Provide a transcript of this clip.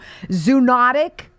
zoonotic